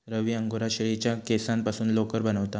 रवी angora शेळीच्या केसांपासून लोकर बनवता